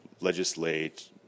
legislate